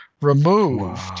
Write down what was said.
removed